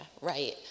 right